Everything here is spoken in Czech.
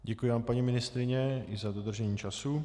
Děkuji vám, paní ministryně za dodržení času.